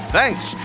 Thanks